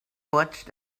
watched